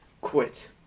Quit